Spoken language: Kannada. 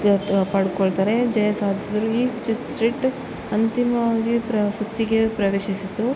ಪಡ್ಕೊಳ್ತಾರೆ ಜಯ ಸಾಧಿಸಿದ್ರು ಈ ಚರ್ಚ್ ಸ್ಟ್ರಿಟ್ ಅಂತಿಮವಾಗಿ ಪ್ರ ಸುತ್ತಿಗೆ ಪ್ರವೇಶಿಸಿತು